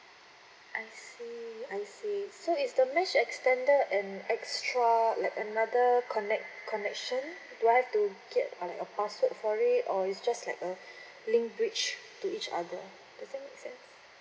I see I see so is the mesh extender an extra like another connect connection do I have to get a a password for it or it's just like a link bridge to each other does that make sense